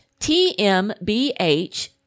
tmbh